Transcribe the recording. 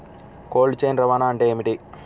Cold chain రవాణా అంటే ఏమిటీ?